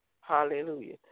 Hallelujah